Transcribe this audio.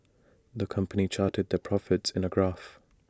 the company charted their profits in A graph